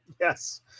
Yes